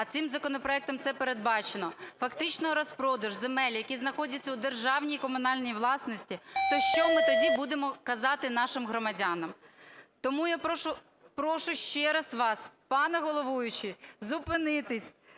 а цим законопроектом це передбачено, фактично розпродаж земель, які знаходяться у державній і комунальній власності, то що ми тоді будемо казати нашим громадянам? Тому я прошу ще раз вас, пане головуючий, зупинитись